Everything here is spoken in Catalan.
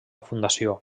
fundació